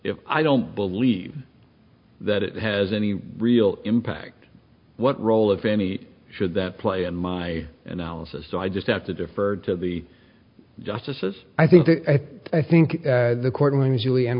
t i don't believe that it has any real impact what role if any should that play in my analysis so i just have to defer to the justices i think i think the court rulings julian